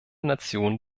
nationen